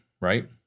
right